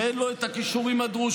שאין לו את הכישורים הדרושים,